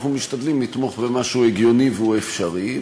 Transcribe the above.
אנחנו משתדלים לתמוך במה שהוא הגיוני והוא אפשרי,